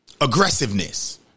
aggressiveness